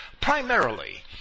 Primarily